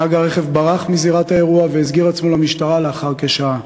נהג הרכב ברח מזירת האירוע והסגיר עצמו למשטרה לאחר כשעה.